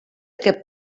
aquest